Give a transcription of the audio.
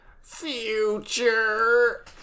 Future